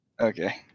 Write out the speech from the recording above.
Okay